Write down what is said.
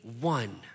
one